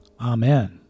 Amen